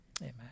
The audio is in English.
amen